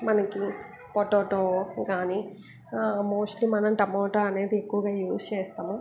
మనకి పొటాటో కానీ మోస్ట్లీ మనం టమాటో అనేది ఎక్కువగా యూస్ చేస్తాము